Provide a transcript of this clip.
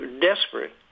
desperate